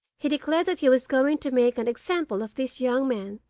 he declared that he was going to make an example of this young man,